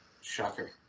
Shocker